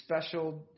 special